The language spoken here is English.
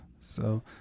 so-